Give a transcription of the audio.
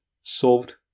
Solved